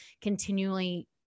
continually